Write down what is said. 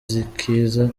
zikiza